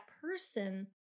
person